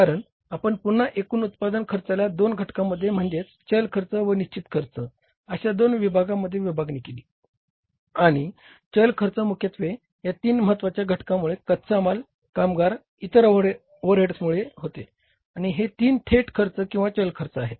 कारण आपण पुन्हा एकूण उत्पादन खर्चाला दोन घटकांमध्ये म्हणजेच चल खर्च अशा दोन विभागामध्ये विभागणी केली आणि चल खर्च मुख्यत्वे या तीन महत्वाच्या घटकांमुळे कच्चा माल कामगार आणि इतर ओव्हरहेड्समुळे होते आणि हे तीन थेट खर्च किंवा चल खर्च आहेत